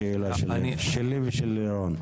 השאלה שלי ושל לירון.